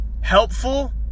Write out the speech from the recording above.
helpful